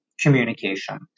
communication